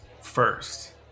first